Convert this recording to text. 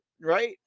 Right